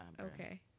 Okay